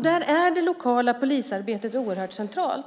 Där är det lokala polisarbetet oerhört centralt.